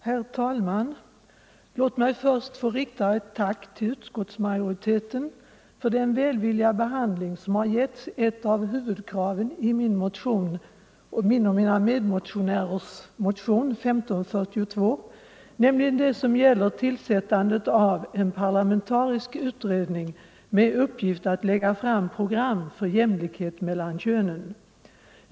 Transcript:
Herr talman! Låt mig först rikta ett tack till utskottsmajoriteten för den välvilliga behandling som getts ett av huvudkraven i motionen 1542, nämligen det som gäller tillsättandet av en parlamentarisk utredning med uppgift att lägga fram program för jämlikhet mellan könen.